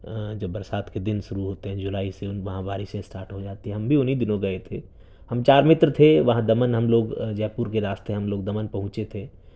جب برسات کے دن شروع ہوتے ہیں جولائی سے وہاں بارشیں اسٹارٹ ہو جاتی ہیں ہم بھی انہیں دنوں گئے تھے ہم چار متر تھے وہاں دمن ہم لوگ جے پور کے راستے ہم لوگ دمن پہنچے تھے